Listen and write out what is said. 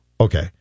Okay